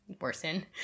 worsen